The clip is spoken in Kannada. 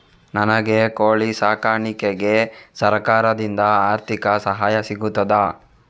ನನಗೆ ಕೋಳಿ ಸಾಕಾಣಿಕೆಗೆ ಸರಕಾರದಿಂದ ಆರ್ಥಿಕ ಸಹಾಯ ಸಿಗುತ್ತದಾ?